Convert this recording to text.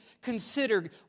consider